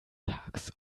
tags